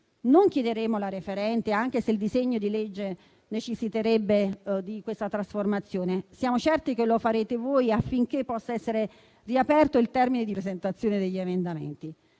Non chiederemo la referente, anche se il disegno di legge necessiterebbe di questa trasformazione. Siamo certi che lo farete voi affinché possa essere riaperto il termine di presentazione degli emendamenti.